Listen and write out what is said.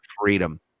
freedom